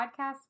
podcast